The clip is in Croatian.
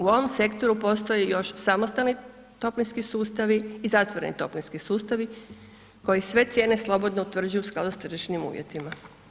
U ovom sektoru postoji još samostalni toplinski sustavi i zatvoreni toplinski sustavi koji sve cijene slobodno utvrđuju u skladu s tržišnim uvjetima.